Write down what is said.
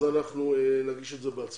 אנחנו נגיש את זה בעצמנו.